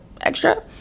extra